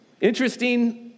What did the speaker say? Interesting